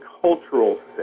cultural